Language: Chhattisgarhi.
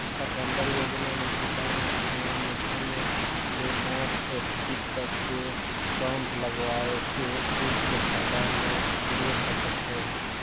साकम्बरी योजना मे किसान हर कुंवा में सून्य ले पाँच एच.पी तक के पम्प लगवायके छूट के फायदा ला ले सकत है